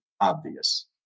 obvious